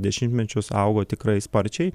dešimtmečius augo tikrai sparčiai